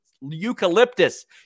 eucalyptus